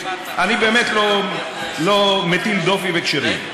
אני באמת לא מטיל דופי בכשרים,